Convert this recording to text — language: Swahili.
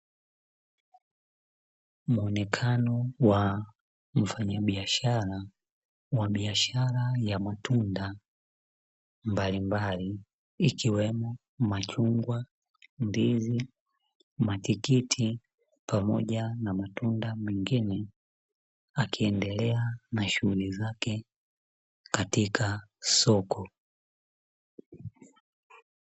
Muonekano wa mfanyabiashara wa biashara ya matunda mbalimbali ikiwemo machungwa, ndizi, matikiti pamoja na matunda mengine, akiendelea na shughuli zake katika soko.